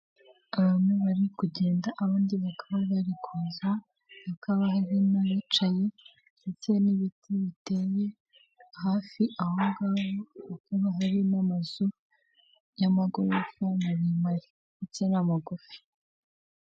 Abantu bari kugenda abandi bakaba bari kuza hakaba hari n'abicaye, ndetse n'ibiti biteye hafi aho ngaho, hakaba hari n'amazu y'amagorofa maremare ndetse n'amagufi.